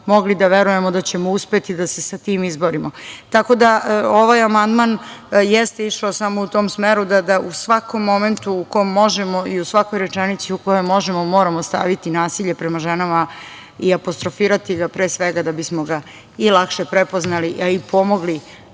da verujemo da ćemo uspeti da se sa tim izborimo. Ovaj amandman jeste išao samo u tom smeru da u svakom momentu u kom možemo i u svakoj rečenici u kojoj možemo moramo staviti nasilje prema ženama i apostrofirati ga pre svega da bismo ga i lakše prepoznali, a i pomogli